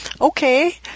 okay